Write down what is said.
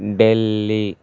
Delhi